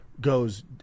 goes